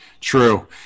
True